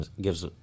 gives